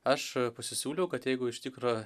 aš pasisiūliau kad jeigu iš tikro